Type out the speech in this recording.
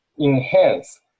enhance